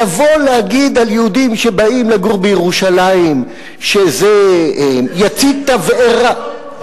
לבוא להגיד על יהודים שבאים לגור בירושלים שזה יצית תבערה,